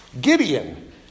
Gideon